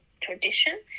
tradition